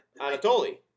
Anatoly